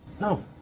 No